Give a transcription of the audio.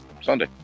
Sunday